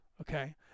Okay